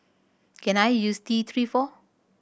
can I use T Three for